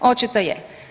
Očito je.